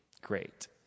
great